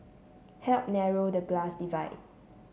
help narrow the class divide